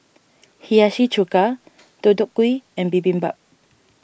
Hiyashi Chuka Deodeok Gui and Bibimbap